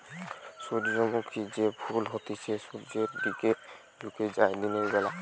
সূর্যমুখী যে ফুল হতিছে সূর্যের দিকে ঝুকে যায় দিনের বেলা